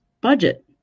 budget